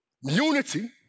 Unity